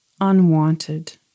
unwanted